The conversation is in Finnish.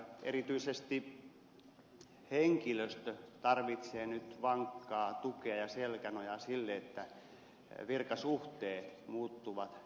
erityisesti henkilöstö tarvitsee nyt vankkaa tukea ja selkänojaa sille että virkasuhteet muuttuvat työsuhteiksi